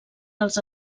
dels